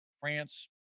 France